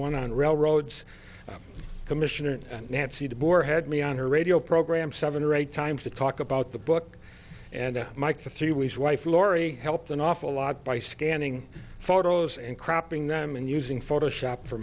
one on railroads commission and nancy de boer had me on her radio program seven or eight times to talk about the book and mike the three ways wife laurie helped an awful lot by scanning photos and cropping them and using photoshop for